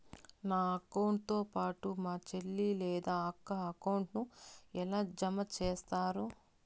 నా అకౌంట్ తో పాటు మా చెల్లి లేదా అక్క అకౌంట్ ను ఎలా జామ సేస్తారు?